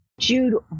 Jude